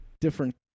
different